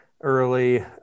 early